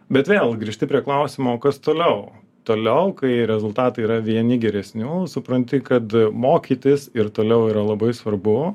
bet vėl grįžti prie klausimo kas toliau toliau kai rezultatai yra vieni geresnių supranti kad mokytis ir toliau yra labai svarbu